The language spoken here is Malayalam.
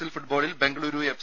എൽ ഫുട്ബോളിൽ ബെംഗളൂരു എഫ്